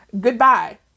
goodbye